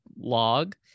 log